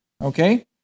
Okay